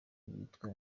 witwa